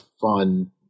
fun